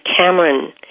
Cameron